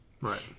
Right